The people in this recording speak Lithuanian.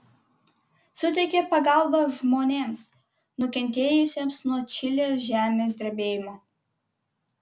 suteikė pagalbą žmonėms nukentėjusiems nuo čilės žemės drebėjimo